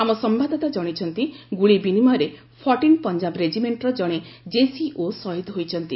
ଆମ ସମ୍ଭାଦଦାତା କଣାଇଛନ୍ତି ଗୁଳି ବିନିମୟରେ ଫୋର୍ଟିନ ପଞ୍ଜାବ ରେଜିମେଷ୍ଟର ଜଣେ ଜେସିଓ ଶହୀଦ ହୋଇଛନ୍ତି